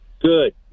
Good